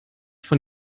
von